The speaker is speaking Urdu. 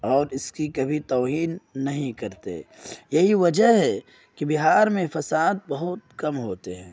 اور اس کی کبھی توہین نہیں کرتے یہی وجہ ہے کہ بہار میں فساد بہت کم ہوتے ہیں